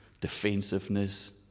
defensiveness